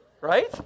right